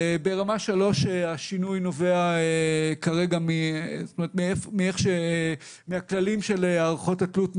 ברמה 3 השינוי נובע כרגע מהכללים של הערכות התלות,